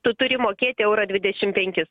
tu turi mokėti eurą dvidešim penkis